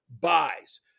buys